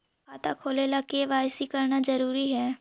खाता खोले ला के दवाई सी करना जरूरी है?